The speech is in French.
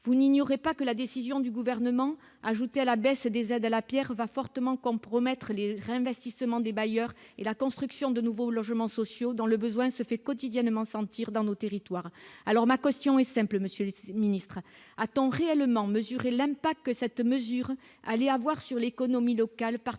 vous n'ignorez pas que la décision du gouvernement un à la baisse des aides à la Pierre va fortement compromettre les réinvestissements des bailleurs et la construction de nouveaux logements sociaux dans le besoin se fait quotidiennement sentir dans nos territoires, alors ma caution est simple, monsieur le ministre attend réellement mesurer l'impact que cette mesure allait avoir sur l'économie locale, particulièrement